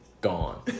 gone